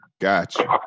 gotcha